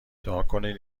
دعاکنید